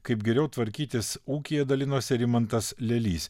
kaip geriau tvarkytis ūkyje dalinosi rimantas lialys